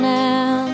now